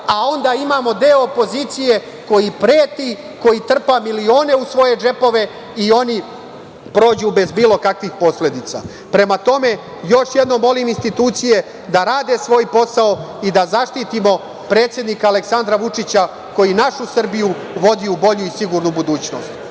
a onda imamo deo opozicije koji preti, koji trpa milione u svoje džepove i oni prođu bez bilo kakvih posledica. Prema tome, još jednom molim institucije da rade svoj posao i da zaštitimo predsednika Aleksandra Vučića koji našu Srbiju vodi u bolju i sigurnu budućnost.